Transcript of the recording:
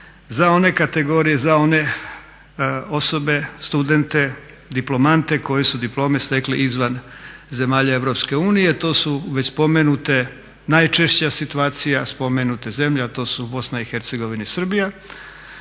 za one kategorije, za one osobe, studente, diplomante koji su diplome stekli izvan zemalja EU, to su već spomenute najčešća situacija spomenute zemlje a to su Bosna i Hercegovina i Srbija